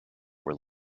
were